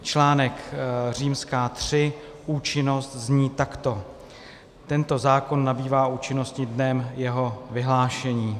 Článek III Účinnost zní takto: Tento zákon nabývá účinnosti dnem jeho vyhlášení.